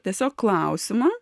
tiesiog klausimą